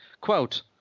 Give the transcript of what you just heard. Quote